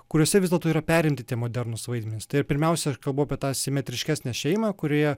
kuriose vis dėlto yra perimti tie modernūs vaidmenys tai pirmiausia aš kalbu apie tą simetriškesnę šeimą kurioje